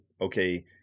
okay